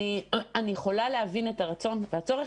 אני יכולה להבין את הרצון והצורך,